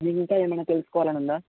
మీకు ఇంకా ఏమైనా తెలుసుకోవాలని ఉందా